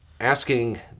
asking